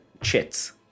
chits